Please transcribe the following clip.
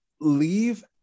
leave